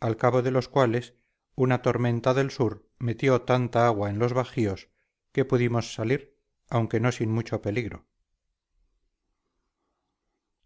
al cabo de los cuales una tormenta del sur metió tanta agua en los bajíos que pudimos salir aunque no sin mucho peligro